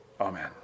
Amen